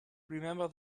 remember